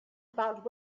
about